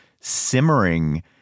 simmering